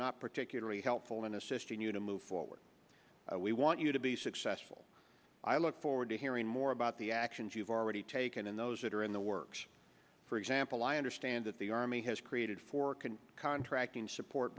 not particularly helpful in assisting you to move forward we want you to be successful i look forward to hearing more about the actions you've already taken and those that are in the works for example i understand that the army has created four can contract and support